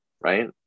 right